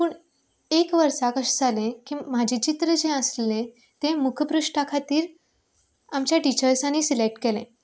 पूण एका वर्सा अशें जालें की म्हजें चित्र जें आसलें तें मुखपृश्टा खातीर आमच्या टिचर्जांनी सिलेक्ट केल्लें